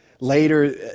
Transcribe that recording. Later